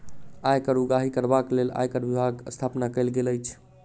आयकर उगाही करबाक लेल आयकर विभागक स्थापना कयल गेल अछि